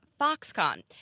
Foxconn